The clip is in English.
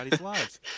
lives